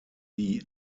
die